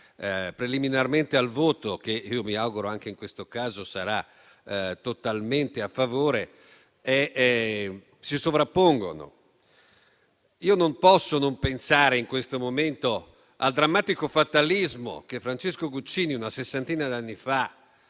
preliminarmente al voto - che mi auguro, anche in questo caso, sarà totalmente a favore - si sovrappongono. Io non posso non pensare in questo momento al drammatico fatalismo che Francesco Guccini, una sessantina di anni fa,